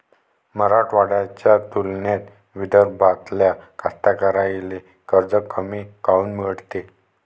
मराठवाड्याच्या तुलनेत विदर्भातल्या कास्तकाराइले कर्ज कमी काऊन मिळते?